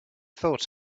thought